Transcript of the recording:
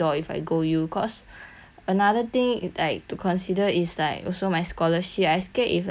another thing like to consider is like also my scholarship I scared if I take maybe gap year or